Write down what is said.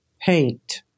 paint